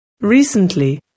Recently